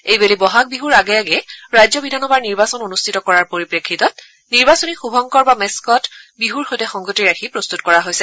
এইবেলি বহাগ বিহুৰ আগে আগে ৰাজ্য বিধানসভাৰ নিৰ্বাচন অনুষ্ঠিত কৰাৰ পৰিপ্ৰেক্ষিতত নিৰ্বাচনী শুভংকৰ বা মেচকট বিহুৰ সৈতে সংগতি ৰাখি প্ৰস্তুত কৰা হৈছে